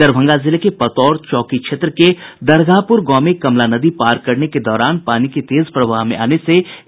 दरभंगा जिले में पतोर चौकी क्षेत्र के दरगाहपुर गांव में कमला नदी पार करने के दौरान पानी के तेज प्रवाह में आने से एक व्यक्ति डूब गया